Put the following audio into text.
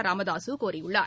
ராமதாசு கோரியுள்ளார்